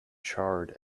charred